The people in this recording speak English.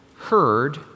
heard